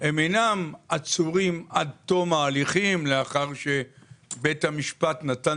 הם אינם עצורים עד תום ההליכים לאחר שבית המשפט נתן